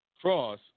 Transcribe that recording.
cross